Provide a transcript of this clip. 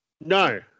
No